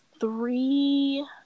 three